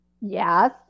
Yes